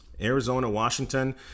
Arizona-Washington